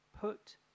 Put